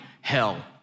hell